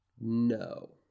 No